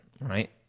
right